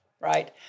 right